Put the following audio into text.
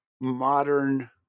modern –